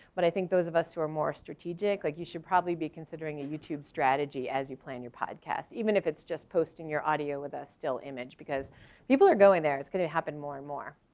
but i think those of us who are more strategic like you should probably be considering a youtube strategy as you plan your podcast. even if it's just posting your audio with a still image because people are going there it's going to happen more and more.